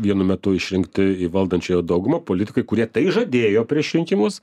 vienu metu išrinkti į valdančiąją daugumą politikai kurie tai žadėjo prieš rinkimus